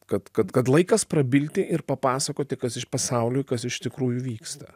kad kad kad laikas prabilti ir papasakoti kas pasauliui kas iš tikrųjų vyksta